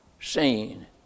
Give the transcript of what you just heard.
seen